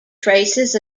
traces